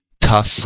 tough